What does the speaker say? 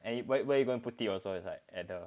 and you where where you gonna put it also it's like at the